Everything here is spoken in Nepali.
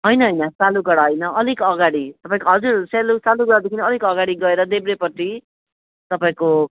होइन होइन सालुगडा होइन अलिक अगाडि तपाईँको हजुर सेलु सालुगडा देखि अलिक अगाडि गएर देब्रेपट्टि तपाईँको